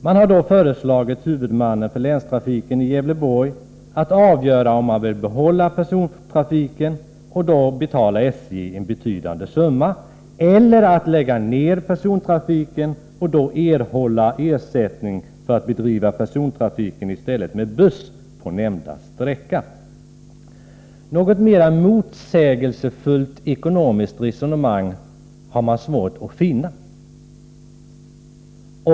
Man har då föreslagit huvudmannen för länstrafiken i Gävleborg att avgöra om man vill behålla persontrafiken och i så fall betala SJ en betydande summa eller lägga ned persontrafiken och erhålla ersättning för att bedriva persontrafiken på nämnda sträcka med buss. Något mer motsägelsefullt ekonomiskt resonemang har jag svårt att finna.